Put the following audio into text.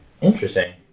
interesting